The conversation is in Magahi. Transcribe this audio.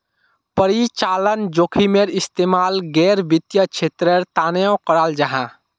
परिचालन जोखिमेर इस्तेमाल गैर वित्तिय क्षेत्रेर तनेओ कराल जाहा